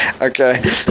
Okay